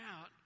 out